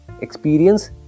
Experience